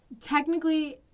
Technically